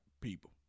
people